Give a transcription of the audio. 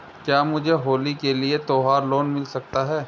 क्या मुझे होली के लिए त्यौहार लोंन मिल सकता है?